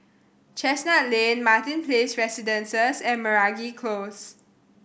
Chestnut Lane Martin Place Residences and Meragi Close